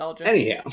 Anyhow